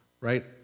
right